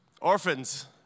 Orphans